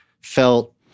felt